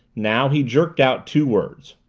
now he jerked out two words.